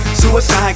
suicide